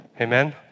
Amen